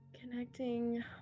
Connecting